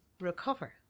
recover